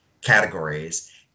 categories